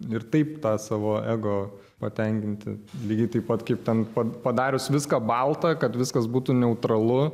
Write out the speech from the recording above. ir taip tą savo ego patenkinti lygiai taip pat kaip ten pa padarius viską balta kad viskas būtų neutralu